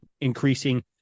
increasing